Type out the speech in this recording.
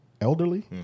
elderly